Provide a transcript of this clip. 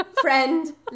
friend